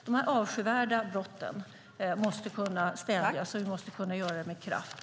De här avskyvärda brotten måste kunna stävjas, och vi måste kunna göra det med kraft.